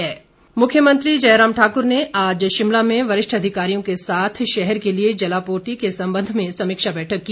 समीक्षा बैठक मुख्यमंत्री जयराम ठाकुर ने आज शिमला में वरिष्ठ अधिकारियों के साथ शहर के लिए जलापूर्ति के संबंध में समीक्षा बैठक की